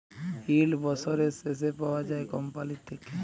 yield বসরের শেষে পাউয়া যায় কম্পালির থ্যাইকে